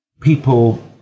people